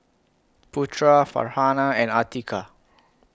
Putra Farhanah and Atiqah